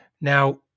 Now